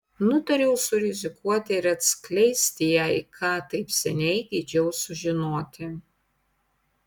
nutariau surizikuoti ir atskleisti jai ką taip seniai geidžiau sužinoti